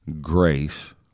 grace